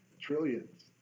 trillions